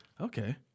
Okay